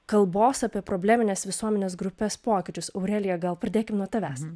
kalbos apie problemines visuomenės grupes pokyčius aurelija gal pradėkim nuo tavęs